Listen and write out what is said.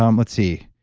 um let's see,